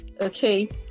Okay